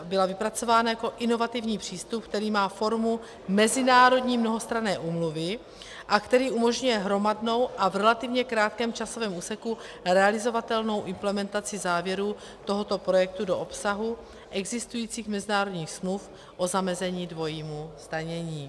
Byla vypracována jako inovativní přístup, který má formu mezinárodní mnohostranné úmluvy a který umožňuje hromadnou a v relativně krátkém časovém úseku realizovatelnou implementaci závěrů tohoto projektu do obsahu existujících mezinárodních smluv o zamezení dvojímu zdanění.